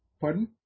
pardon